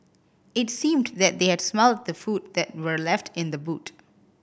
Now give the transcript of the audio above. it seemed that they had smelt the food that were left in the boot